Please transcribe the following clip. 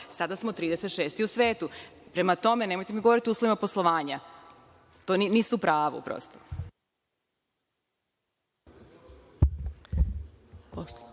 Sada smo 36 u svetu. Prema tome, nemojte mi govoriti o uslovima poslovanja. Tu niste u pravu.